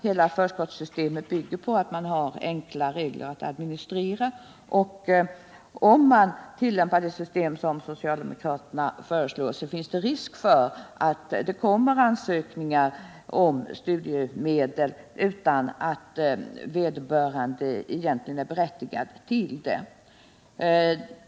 Hela förskottssystemet bygger på att man har enkla regler att administrera, och om man tillämpar det system som socialdemokraterna föreslår finns det risk för att det kommer ansökningar om studiemedel utan att vederbörande egentligen är berättigad till studiemedel.